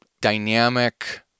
dynamic